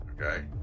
Okay